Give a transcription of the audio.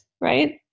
right